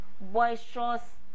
boisterous